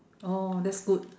oh that's good